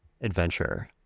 adventure